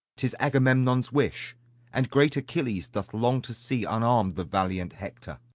tis agamemnon's wish and great achilles doth long to see unarm'd the valiant hector.